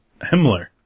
Himmler